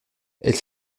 elles